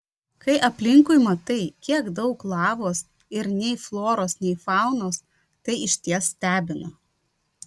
kai aplinkui matai kiek daug lavos ir nei floros nei faunos tai išties stebina